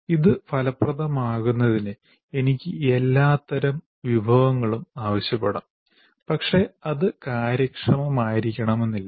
ഇത് ഫലപ്രദമാകുന്നതിന് എനിക്ക് എല്ലാത്തരം വിഭവങ്ങളും ആവശ്യപ്പെടാം പക്ഷേ അത് കാര്യക്ഷമമായിരിക്കണമെന്നില്ല